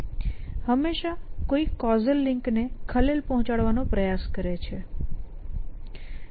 હંમેશાં કંઈક કૉઝલ લિંકને ખલેલ પહોંચાડવાનો પ્રયાસ કરે છે